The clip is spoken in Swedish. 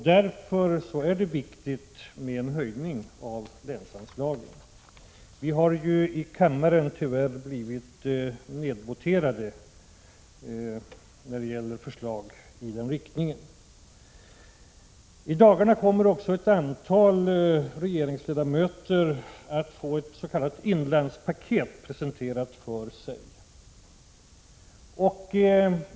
Det är viktigt med en höjning av länsanslaget, men vi har i kammaren tyvärr blivit nedvoterade då det gäller förslag i den riktningen. I dagarna kommer också ett antal regeringsledamöter att få ett s.k. inlandspaket presenterat för sig.